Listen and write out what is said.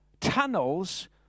tunnels